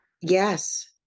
Yes